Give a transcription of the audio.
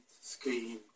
scheme